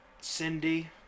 Cindy